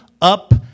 up